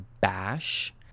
bash